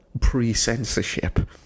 Pre-censorship